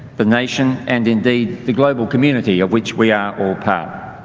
the nation and indeed the global community of which we are all part.